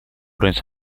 уровень